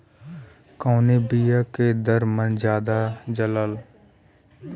कवने बिया के दर मन ज्यादा जाला?